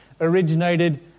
originated